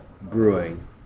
brewing